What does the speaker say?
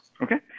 Okay